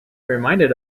reminded